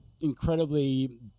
incredibly